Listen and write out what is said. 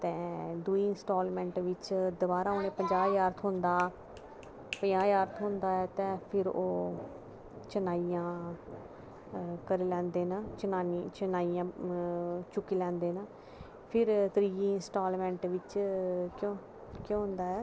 ते दूई इंस्टालमेंट च दोबारा उनेंगी पंजाह् ज्हार थ्होंदा पंजाह् ज्हार थ्होंदा ते फिर ओह् चिनाइयां करी लैंदे न चिनाइयां चुक्की लैंदे न फिर त्रियै इंस्टालमेंट च केह् होंदा ऐ